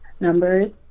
numbers